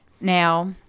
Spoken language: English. Now